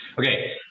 Okay